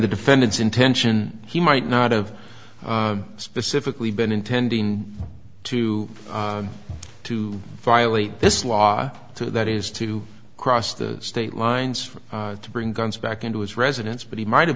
the defendant's intention he might not have specifically been intending to to violate this law to that is to cross the state lines for to bring guns back into his residence but he might have